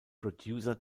producer